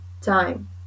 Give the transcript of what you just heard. time